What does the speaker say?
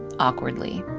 awkwardly.